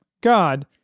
God